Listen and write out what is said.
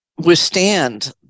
withstand